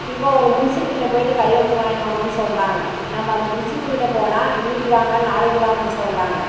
இப்போ ஒரு முன்சிப்புக்கிட்ட போயிவிட்டு கையெழுத்து வாங்கின்னு வாங்கன்னு சொல்லுறாங்க நம்ப அந்த முன்சிப்புக்கிட்ட போனால் இன்னைக்கு வாங்க நாளைக்கு வாங்கன்னு சொல்லுறாங்க